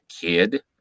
kid